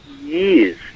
years